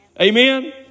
Amen